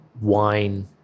wine